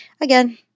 Again